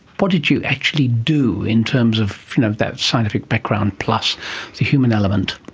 what did you actually do in terms of of that scientific background plus the human element?